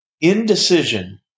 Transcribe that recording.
Indecision